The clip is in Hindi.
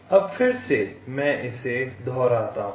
अब फिर से मैं इसे दोहराता हूं